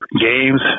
games